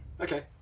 Okay